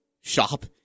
Shop